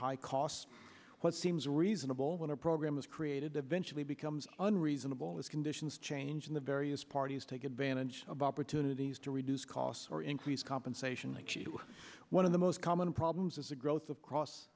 high costs what seems reasonable when a program is created eventually becomes unreasonable as conditions change in the various parties take advantage of opportunities to reduce costs or increase compensation to one of the most common problems is the growth of cross